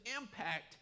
impact